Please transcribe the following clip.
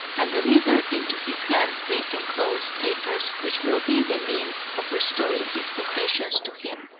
and deliver into his hands the enclosed papers, which will be the means of restoring his possessions to him.